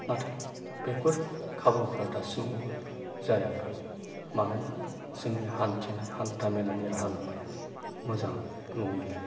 नाथाय बेफोर खाबुफोरा दासिमावबो जायाखै मानोना जोंनि हान्थिनाय हान्थामेलानि राहा लामाया मोजां नङैलाय